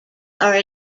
are